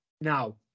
Now